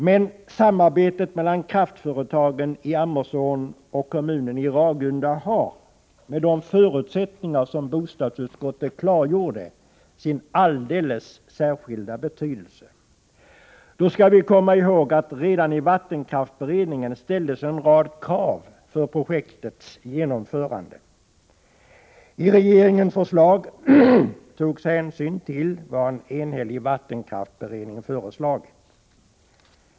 Men samarbetet mellan kraftföretagen i Ammerån och Ragunda kommun har med de förutsättningar som bostadsutskottet klargjorde sin alldeles särskilda betydelse. Då skall vi komma i håg att redan i vattenkraftsberedningen ställdes en rad krav för projektets genomförande. I regeringens förslag togs hänsyn till vad en enhällig vattenkraftsberedning föreslagit.